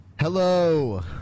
Hello